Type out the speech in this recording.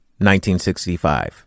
1965